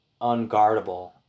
unguardable